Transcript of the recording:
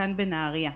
כאן בנהריה,